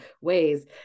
ways